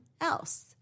else